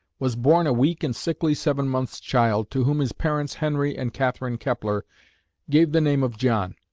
was born a weak and sickly seven-months' child, to whom his parents henry and catherine kepler gave the name of john.